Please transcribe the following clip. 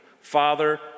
father